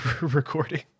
recording